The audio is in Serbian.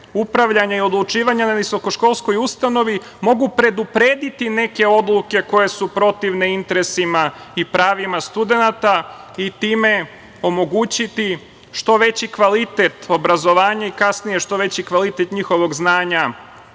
upravljanja i odlučivanja na visoko školskoj ustanovi mogu preduprediti neke odluke koje su protivne interesima i pravima studenata i time omogućiti što veći kvalitet obrazovanja i kasnije što veći kvalitet njihovog znanja